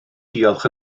diolch